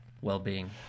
well-being